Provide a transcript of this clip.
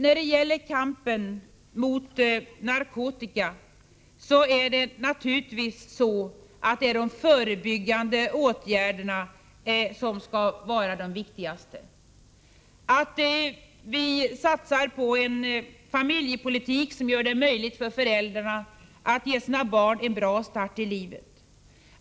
När det gäller kampen mot narkotika skall de förebyggande åtgärderna vara de viktigaste. Vi måste satsa på en familjepolitik som gör det möjligt för föräldrarna att ge sina barn en bra start i livet.